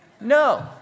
No